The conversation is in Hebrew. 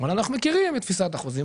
אבל אנחנו מכירים את תפיסת החוזים